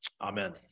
Amen